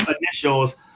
initials